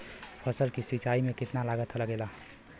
फसल की सिंचाई में कितना लागत लागेला?